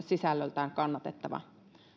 sisällöltään kannatettava